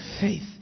faith